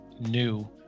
new